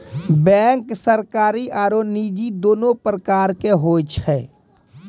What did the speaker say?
bank सरकारी आरो निजी दोनो प्रकार के होय छै